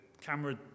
camera